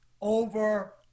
over